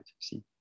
See